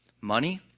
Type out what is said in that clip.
Money